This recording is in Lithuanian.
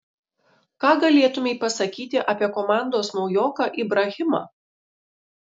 ką galėtumei pasakyti apie komandos naujoką ibrahimą